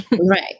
Right